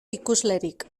ikuslerik